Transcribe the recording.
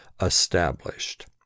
established